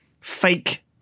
fake